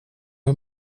hur